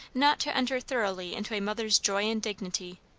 not to enter thoroughly into a mother's joy and dignity